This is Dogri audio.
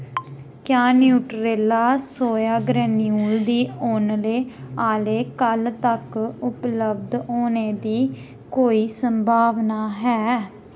क्या न्यूट्रेला सोया ग्रेन्यूल्स दी औने आह्ले कल तक उपलब्ध होने दी कोई संभावना है